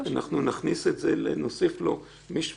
אנחנו מול